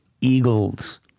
eagles